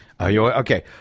Okay